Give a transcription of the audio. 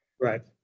right